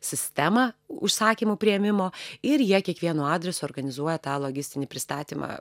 sistemą užsakymų priėmimo ir jie kiekvienu adresu organizuoja tą logistinį pristatymą